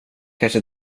kanske